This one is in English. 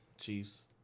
Chiefs